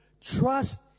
Trust